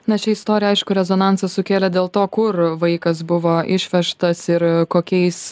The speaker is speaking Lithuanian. na ši istorija aišku rezonansą sukėlė dėl to kur vaikas buvo išvežtas ir kokiais